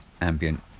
ambient